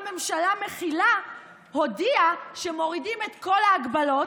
ממשלה מכילה הודיעה שמורידים את כל ההגבלות,